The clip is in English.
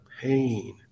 pain